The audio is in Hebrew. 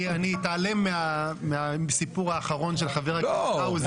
אני אתעלם מהסיפור האחרון של חבר הכנסת האוזר.